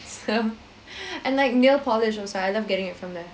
some and like nail polish also I love getting it from there